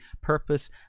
purpose